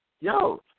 Yo